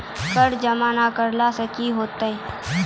कर जमा नै करला से कि होतै?